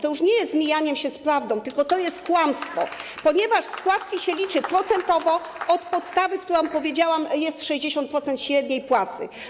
To już nie jest mijanie się z prawdą, tylko to jest kłamstwo, ponieważ składki się liczy procentowo od podstawy, którą jest, jak powiedziałam, 60% średniej płacy.